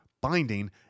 binding